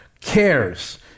cares